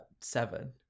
Seven